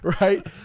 Right